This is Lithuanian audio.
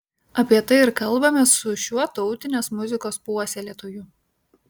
apie tai ir kalbamės su šiuo tautinės muzikos puoselėtoju